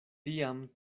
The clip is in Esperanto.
tiam